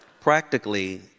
Practically